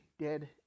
dead